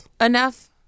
enough